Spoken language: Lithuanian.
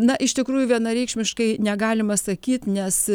na iš tikrųjų vienareikšmiškai negalima sakyt nes